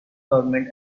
government